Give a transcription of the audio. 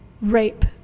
rape